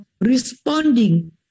responding